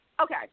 Okay